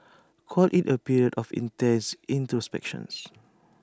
call IT A period of intense introspections